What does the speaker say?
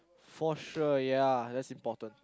for sure ya that's important